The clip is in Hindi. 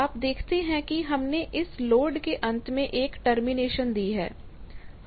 आप देखते हैं कि हमने इस लोड के अंत में एक टर्मिनेशन दी है